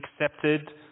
accepted